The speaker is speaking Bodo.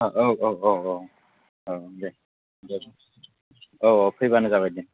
औ औ औ औ दे औ औ फैबानो जाबाय दे